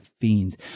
Fiends